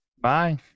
Bye